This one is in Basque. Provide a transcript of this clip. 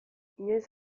inoiz